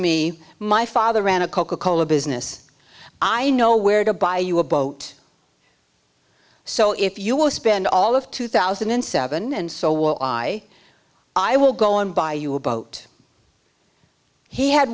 me my father ran a coca cola business i know where to buy you a boat so if you will spend all of two thousand and seven and so will i i will go and buy you a boat he had